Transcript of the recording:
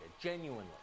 genuinely